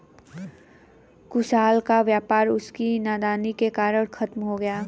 कुणाल का व्यापार उसकी नादानी के कारण खत्म हो गया